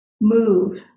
move